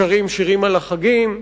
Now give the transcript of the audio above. שרים שירים על החגים,